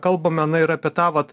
kalbame na ir apie tą vat